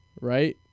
Right